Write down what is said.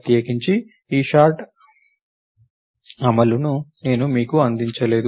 ప్రత్యేకించి ఈ పర్జ్ అమలును నేను మీకు అందించలేదు